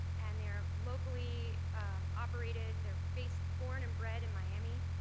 and they're locally operated, they're based born and bred in miami.